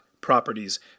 properties